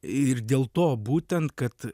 ir dėl to būtent kad